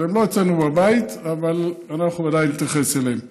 הן לא אצלנו בבית, אבל אנחנו בוודאי נתייחס אליהן.